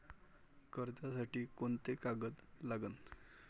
कर्जसाठी कोंते कागद लागन?